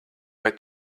vai